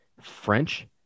French